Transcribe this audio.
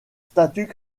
statut